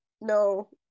No